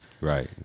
Right